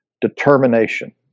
determination